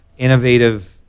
innovative